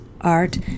art